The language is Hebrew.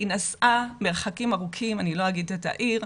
היא נסעה מרחקים ארוכים, אני לא אגיד את העיר.